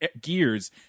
gears